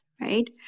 right